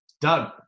Doug